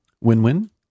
Win-win